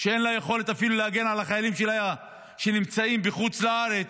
שאין לה יכולת אפילו להגן על החיילים שלה שנמצאים בחוץ לארץ,